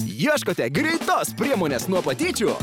ieškote greitos priemonės nuo patyčių